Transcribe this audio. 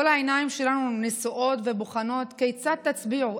כל העיניים שלנו נשואות ובוחנות כיצד תצביעו,